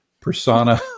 Persona